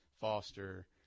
Foster